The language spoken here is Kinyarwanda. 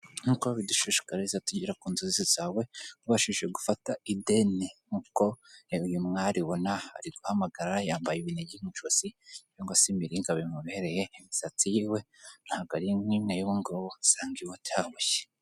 Nk'uko babidushishikariza tugera ku nzozi zawe ubashije gufata ideni nk'uko reba uyu mwari ubona ari guhamagara, yambaye ibinigi mu ijosi cyangwa se imiringa bimubereye, imisatsi yiwe ntabwo ari nk'imwe y'ubu ngubu usanga iba itaboshye.